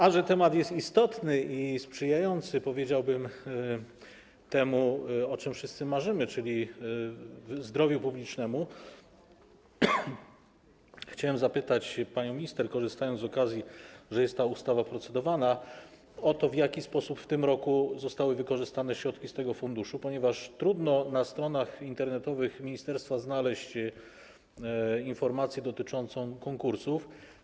A że temat jest istotny i sprzyjający, powiedziałbym, temu, o czym wszyscy marzymy, czyli zdrowiu publicznemu, chciałem zapytać panią minister, korzystając z okazji, że ta ustawa jest procedowana, o to, w jaki sposób w tym roku zostały wykorzystane środki z tego funduszu, ponieważ trudno na stronach internetowych ministerstwa znaleźć informacje dotyczącą konkursów.